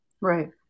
right